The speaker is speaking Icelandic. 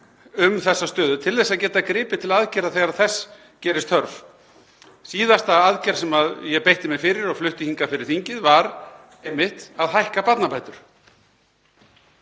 um þessa stöðu til að geta gripið til aðgerða þegar þess gerist þörf. Síðasta aðgerð sem ég beitti mér fyrir og flutti hingað fyrir þingið var einmitt að hækka barnabætur.